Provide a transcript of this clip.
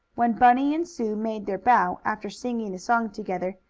when bunny and sue made their bow, after singing the song together,